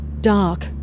dark